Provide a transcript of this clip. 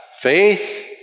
Faith